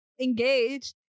engaged